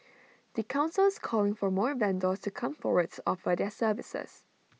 the Council is calling for more vendors to come forward to offer their services